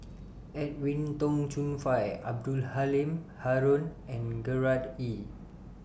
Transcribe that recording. Edwin Tong Chun Fai Abdul Halim Haron and Gerard Ee